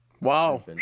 Wow